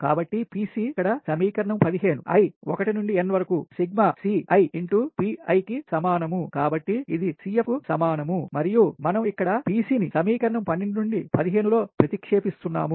కాబట్టి Pc ఇక్కడ సమీకరణం15 i 1 నుండి n sigma C i P i కు సమానం కాబట్టి ఇది CF కు సమానం మనం ఇక్కడ Pc ని సమీకరణం 12 నుండి 15లో ప్రతిక్షేపిస్తున్నాము